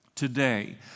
Today